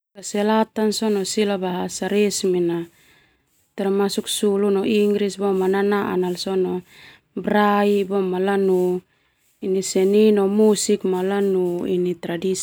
Sila bahasa resmi na termasuk sulu no Inggris boema sila nanaa nala sona brai boema lanu seni no musik ma lanu tradisi.